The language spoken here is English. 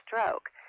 Stroke